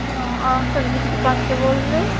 ہاں آپ سبزی کی دُکان سے بول رہے ہو